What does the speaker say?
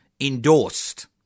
endorsed